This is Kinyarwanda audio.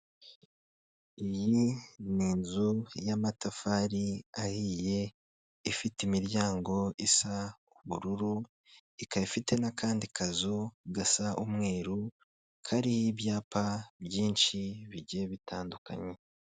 Iyi ni inzu y'amatafari ahiye, ifite imiryango isa ubururu, ikaba ifite n'akandi kazu gasa umweru kariho ibyapa byinshi bigiye bitandukanye.